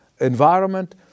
environment